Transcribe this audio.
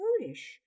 foolish